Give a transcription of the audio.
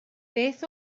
beth